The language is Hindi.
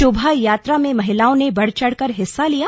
शोभा यात्रा में महिलाओं ने बढ़ चढ़ कर हिस्सा लिया